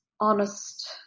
honest